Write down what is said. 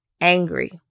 angry